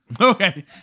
Okay